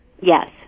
Yes